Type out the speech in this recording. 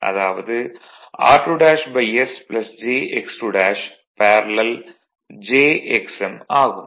அதாவது r2s jx2 parallel ஆகும்